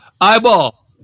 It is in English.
Eyeball